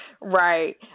right